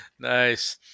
nice